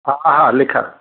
हा हा लिखां